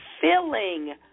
filling